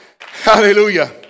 hallelujah